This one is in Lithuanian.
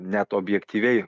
net objektyviai